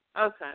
okay